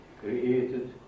created